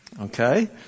Okay